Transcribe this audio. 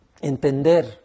entender